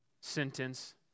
sentence